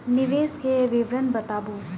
निवेश के विवरण बताबू?